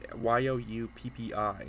Y-O-U-P-P-I